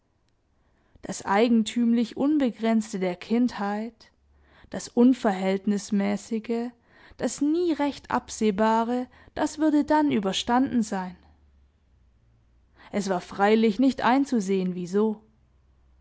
das eigentümlich unbegrenzte der kindheit das unverhältnismäßige das nie recht absehbare das würde dann überstanden sein es war freilich nicht einzusehen wieso